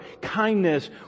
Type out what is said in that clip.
kindness